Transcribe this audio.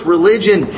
Religion